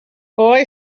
boy